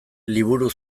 liburu